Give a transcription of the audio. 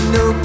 no